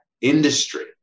industry